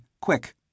Quick